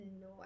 no